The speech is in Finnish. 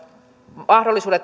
mahdollisuudet